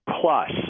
Plus